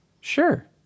Sure